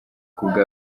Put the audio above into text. kuri